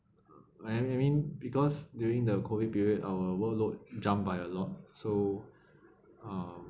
I I mean because during the COVID period our workload jumped by a lot so uh